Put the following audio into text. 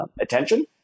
attention